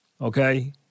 Okay